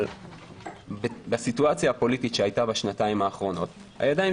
אבל בסיטואציה הפוליטית שהייתה בשנתיים האחרונות הידיים